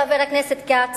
חבר הכנסת כץ,